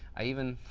i even,